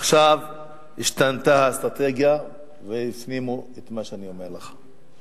עכשיו השתנתה האסטרטגיה והפנימו את מה שאני אומר לך.